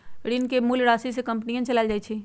ऋण के मूल राशि से कंपनी चलाएल जाई छई